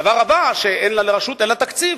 הדבר הבא שאין לה, לרשות, אין לה תקציב.